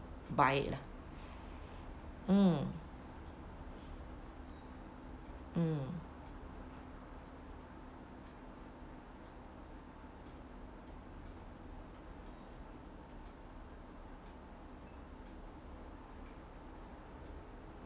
buy it lah mm mm